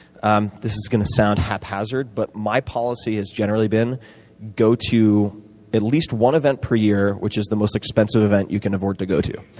um this is going to sound haphazard, but my policy has generally been go to at least one event per year, which is the most expensive event you can afford to go to.